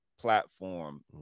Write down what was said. platform